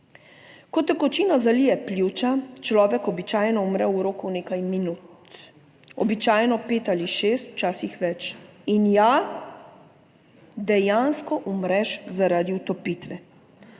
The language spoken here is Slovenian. Ko tekočina zalije pljuča, človek običajno umre v roku nekaj minut, običajno pet ali šest, včasih več. In ja, dejansko umreš zaradi utopitve.